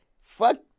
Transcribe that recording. fuck